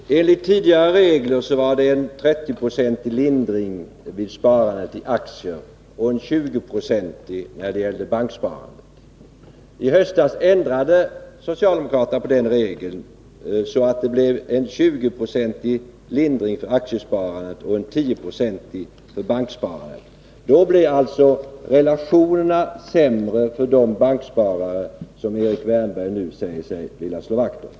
Herr talman! Enligt tidigare regler var det en 30-procentig lindring för sparande i aktier och en 20-procentig för banksparande. I höstas ändrade socialdemokraterna den regeln till en 20-procentig lindring för aktiesparandet och en 10-procentig för banksparandet. Därmed blev alltså relationerna sämre för de banksparare som Erik Wärnberg nu säger sig vilja slå vakt om.